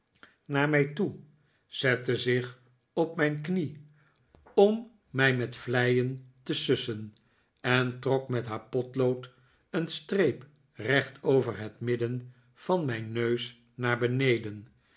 naar mij toe zette zich op mijn knie om mij met vleien te sussen en trok met haar potlood een streep recht over het midden van mijn neus naar beneden